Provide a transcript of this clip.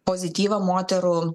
pozityvą moterų